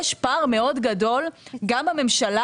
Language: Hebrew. יש פער מאוד גדול גם בממשלה,